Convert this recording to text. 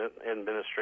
administration